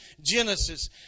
Genesis